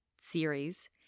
series